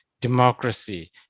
democracy